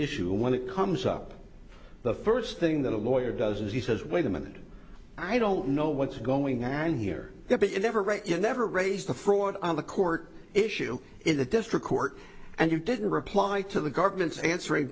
issue when it comes up the first thing that a lawyer does is he says wait a minute i don't know what's going on here yet but you never write you never raise the fraud on the court issue in the district court and you didn't reply to the government's answering